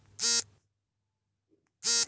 ಭೀಮ್ ಸರ್ಕಾರಿ ಅರ್ಜಿಯೇ?